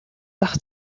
зах